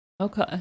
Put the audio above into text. Okay